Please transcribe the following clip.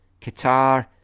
Qatar